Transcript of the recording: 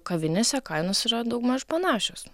kavinėse kainos yra daugmaž panašios